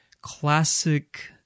classic